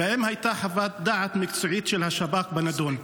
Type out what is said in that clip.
האם הייתה חוות דעת מקצועית של השב"כ בנדון?